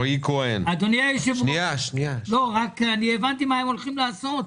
אדוני היושב-ראש, הבנתי מה הם הולכים לעשות.